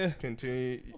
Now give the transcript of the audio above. continue